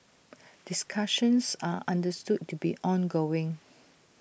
discussions are understood to be ongoing